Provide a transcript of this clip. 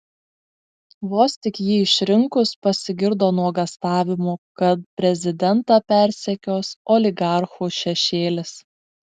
vos tik jį išrinkus pasigirdo nuogąstavimų kad prezidentą persekios oligarchų šešėlis